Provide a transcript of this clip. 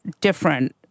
different